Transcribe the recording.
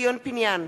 ציון פיניאן,